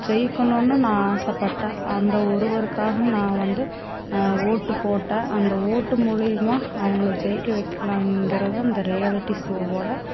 ஜெயிக்கணும்ன்னு நான் ஆசை பட்ட அந்த ஒருவருக்காக நான் வந்து ஓட்டுப்போட்டால் அந்த ஓட்டு மூலிமா அவங்களை ஜெயிக்க வைக்கலாங்கறத இந்த ரியாலிட்டி ஸோவோட